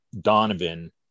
Donovan